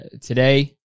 today